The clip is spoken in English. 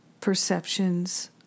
perceptions